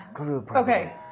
Okay